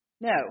No